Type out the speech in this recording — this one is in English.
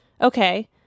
Okay